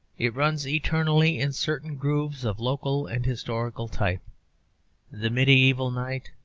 it runs eternally in certain grooves of local and historical type the medieval knight,